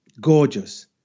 gorgeous